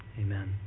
Amen